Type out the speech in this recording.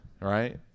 right